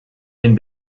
den